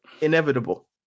Inevitable